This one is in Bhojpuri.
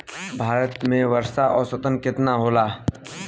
भारत में वर्षा औसतन केतना होला?